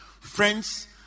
Friends